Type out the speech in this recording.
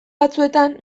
batzuetan